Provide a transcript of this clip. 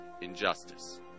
injustice